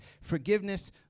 Forgiveness